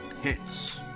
hits